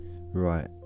Right